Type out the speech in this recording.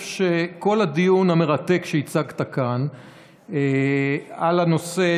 שכל הדיון המרתק שהצגת כאן על הנושא,